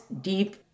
deep